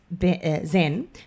Zen